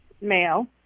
male